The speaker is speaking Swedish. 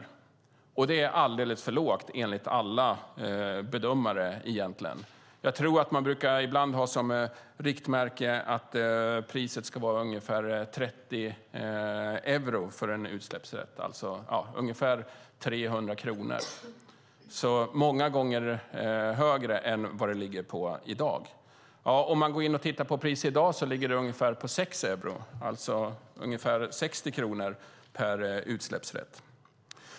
Det är egentligen alldeles för lågt enligt alla bedömare. Jag tror att man ibland brukar ha som riktmärke att priset ska vara ungefär 30 euro för en utsläppsrätt, det vill säga ungefär 300 kronor. Det är alltså många gånger högre än vad det är i dag. I dag ligger priset på ungefär 6 euro, det vill säga ungefär 60 kronor, per utsläppsrätt.